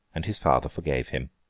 and his father forgave him.